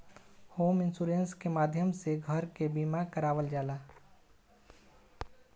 home insurance के माध्यम से घर के बीमा करावल जाला